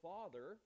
Father